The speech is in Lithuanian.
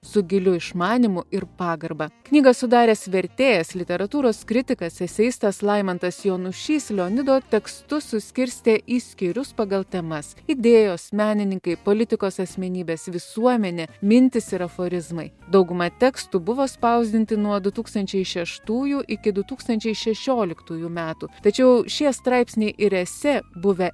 su giliu išmanymu ir pagarba knygą sudaręs vertėjas literatūros kritikas eseistas laimantas jonušys leonido tekstus suskirstė į skyrius pagal temas idėjos menininkai politikos asmenybės visuomenė mintys ir aforizmai dauguma tekstų buvo spausdinti nuo du tūkstančiai šeštųjų iki du tūkstančiai šešioliktųjų metų tačiau šie straipsniai ir esė buvę